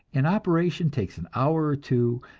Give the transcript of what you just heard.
an operation takes an hour or two,